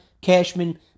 Cashman